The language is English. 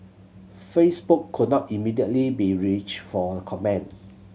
Facebook could not immediately be reached for comment